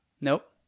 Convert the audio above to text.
Nope